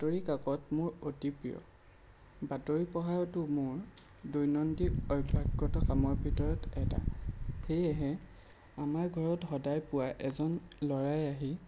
বাতৰি কাকত মোৰ অতি প্ৰিয় বাতৰি পঢ়াটো মোৰ দৈনন্দিন অভ্যাসগত কামৰ ভিতৰত এটা সেয়েহে আমাৰ ঘৰত সদায় পুৱাই এজন ল'ৰাই আহি